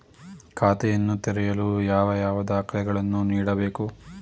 ಖಾತೆಯನ್ನು ತೆರೆಯಲು ಯಾವ ಯಾವ ದಾಖಲೆಗಳನ್ನು ನೀಡಬೇಕು?